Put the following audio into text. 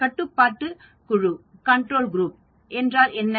கட்டுப்பாட்டு குழு என்றால் என்ன